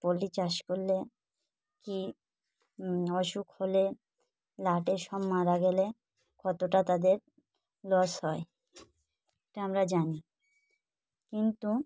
poultry চাষ করলে কি অসুখ হলে লাটে সব মারা গেলে কতটা তাদের লস হয় এটা আমরা জানি কিন্তু